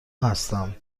هستم